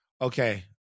Okay